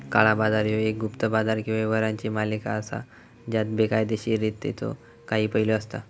काळा बाजार ह्यो एक गुप्त बाजार किंवा व्यवहारांची मालिका असा ज्यात बेकायदोशीरतेचो काही पैलू असता